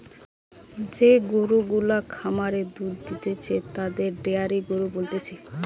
যে গরু গুলা খামারে দুধ দিতেছে তাদের ডেয়ারি গরু বলতিছে